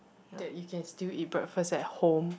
that you can still eat breakfast at home